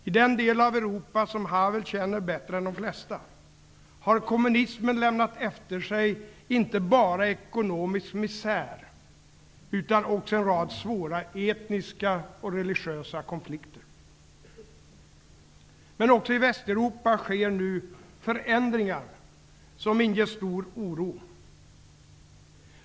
I den del av Europa som Havel känner bättre än de flesta har kommunismen lämnat efter sig, inte bara ekonomisk misär, utan också en rad svåra etniska och religiösa konflikter. Men också i Västeuropa sker nu förändringar som inger stor oro.